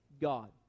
God